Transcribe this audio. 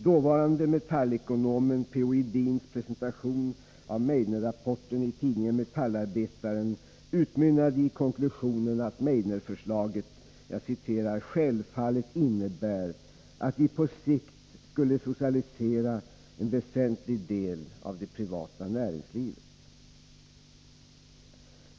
Dåvarande metallekonomen P. O. Edins presentation av Meidnerrapporten i tidningen Metallarbetaren utmynnade i konklusionen att Meidnerförslaget ”självfallet innebär att vi på sikt skulle socialisera en väsentlig del av det privata näringslivet”.